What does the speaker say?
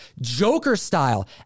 Joker-style